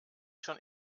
schon